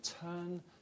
turn